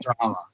drama